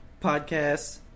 podcasts